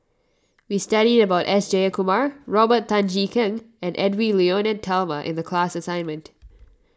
we studied about S Jayakumar Robert Tan Jee Keng and Edwy Lyonet Talma in the class assignment